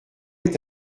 est